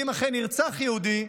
ואם אכן ירצח יהודי,